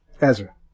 Ezra